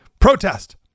Protest